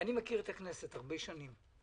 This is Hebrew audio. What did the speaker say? אני מכיר את הכנסת הרבה שנים,